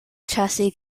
chassis